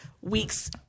weeks